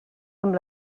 amb